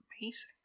amazing